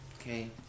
Okay